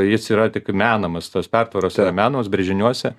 tai jis yra tik menamas tos pertvaros yra menamos brėžiniuose